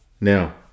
now